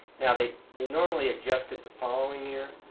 now they they normally adjust it the following year.